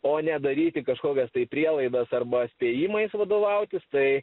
o ne daryti kažkokias prielaidas arba spėjimais vadovautis tai